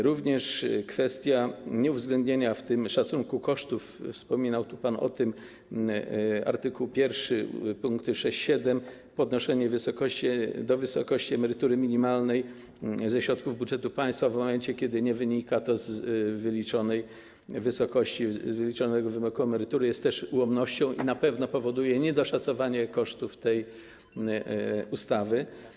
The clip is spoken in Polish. Również kwestia nieuwzględnienia w tym szacunku kosztów - wspominał tu pan o art. 1 pkt 6 i 7 - podnoszenia emerytury do wysokości emerytury minimalnej ze środków budżetu państwa w momencie, kiedy nie wynika to z wyliczonej wysokości emerytury, jest też ułomnością i na pewno powoduje niedoszacowanie kosztów tej ustawy.